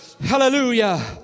Hallelujah